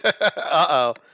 Uh-oh